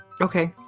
Okay